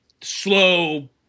slow